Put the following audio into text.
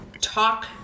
talk